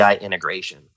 integration